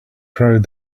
proud